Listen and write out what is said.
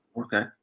Okay